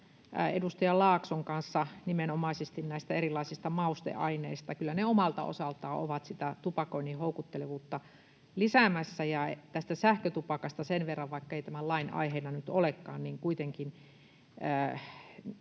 edustaja Laakson kanssa nimenomaisesti näistä erilaisista mausteaineista. Kyllä ne omalta osaltaan ovat sitä tupakoinnin houkuttelevuutta lisäämässä. Ja sähkötupakasta sen verran, vaikka se ei tämän lain aiheena nyt olekaan, että